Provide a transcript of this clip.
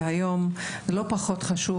והיום לא פחות חשוב,